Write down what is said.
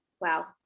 wow